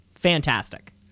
Fantastic